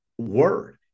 word